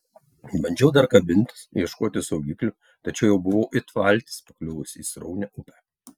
bandžiau dar kabintis ieškoti saugiklių tačiau jau buvau it valtis pakliuvusi į sraunią upę